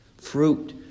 Fruit